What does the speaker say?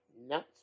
No